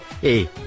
Hey